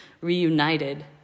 reunited